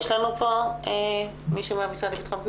יש לנו מישהו מהמשרד לביטחון פנים?